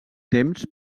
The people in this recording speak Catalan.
temps